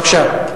בבקשה.